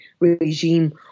regime